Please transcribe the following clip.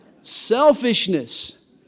Selfishness